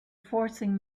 forcing